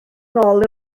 nôl